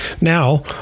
Now